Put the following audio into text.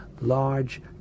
large